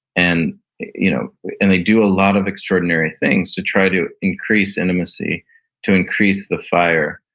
and you know and they do a lot of extraordinary things to try to increase intimacy, to increase the fire,